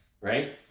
right